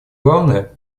главное